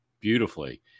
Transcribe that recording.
beautifully